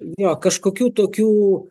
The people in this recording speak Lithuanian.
jo kažkokių tokių